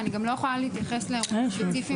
ואני גם לא יכולה להתייחס לאירועים ספציפיים,